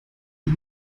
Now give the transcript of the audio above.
die